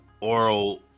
Oral